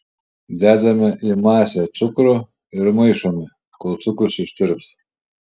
dedame į masę cukrų ir maišome kol cukrus ištirps